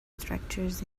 structures